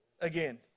again